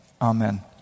Amen